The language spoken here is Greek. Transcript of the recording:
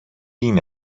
είναι